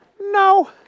No